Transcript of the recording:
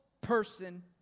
person